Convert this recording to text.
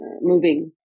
moving